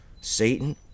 Satan